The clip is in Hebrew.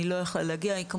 היא לא יכלה להגיע, היא כמובן,